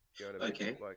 Okay